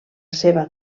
seva